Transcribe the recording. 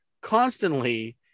constantly